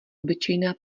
obyčejná